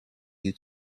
you